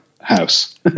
house